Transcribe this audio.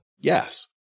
Yes